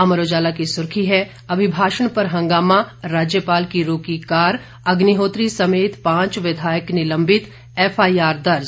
अमर उजाला की सुर्खी है अभिभाषण पर हंगामा राज्यपाल की रोकी कार अग्निहोत्री समेत पांच विधायक निलंबित एफआईआर दर्ज